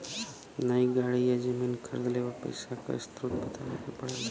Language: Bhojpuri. नई गाड़ी या जमीन खरीदले पर पइसा क स्रोत बतावे क पड़ेला